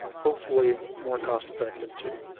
hopefully more cost effective too.